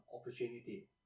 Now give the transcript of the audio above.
opportunity